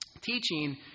Teaching